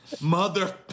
mother